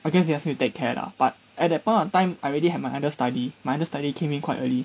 I guess they ask me to take care lah but at that point of time I already had my understudy my understudy came in quite early